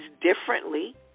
differently